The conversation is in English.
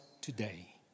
today